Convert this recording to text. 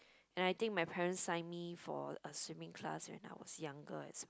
and I think my parents sign me for a swimming class when I was younger as well